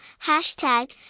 hashtag